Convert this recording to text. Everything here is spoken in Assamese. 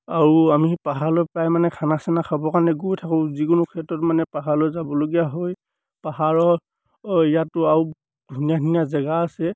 আৰু আমি পাহাৰলৈ প্ৰায় মানে খানা চানা খাবৰ কাৰণে গৈ থাকোঁ যিকোনো ক্ষেত্ৰত মানে পাহাৰলৈ যাবলগীয়া হয় পাহাৰৰ ইয়াতো আৰু ধুনীয়া ধুনীয়া জেগা আছে